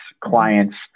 clients